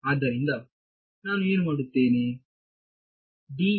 ಆದ್ದರಿಂದ ನಾನು ಏನು ಮಾಡುತ್ತೇನೆ ಹಾಕುತ್ತೇನೆ